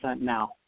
now